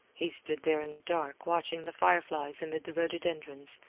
he stood there in the dark watching the fireflies amid the rhododendrons,